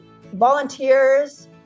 volunteers